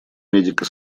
медико